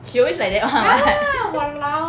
he always like that [one] [what]